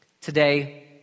today